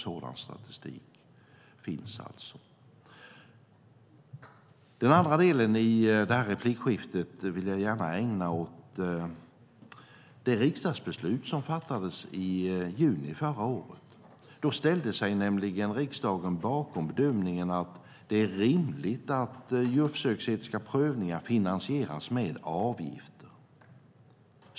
Sådan statistik finns alltså. Den andra delen i detta inlägg vill jag gärna ägna åt det riksdagsbeslut som fattades i juni förra året. Då ställde sig nämligen riksdagen bakom bedömningen att det är rimligt att djurförsöksetiska prövningar finansieras med avgifter.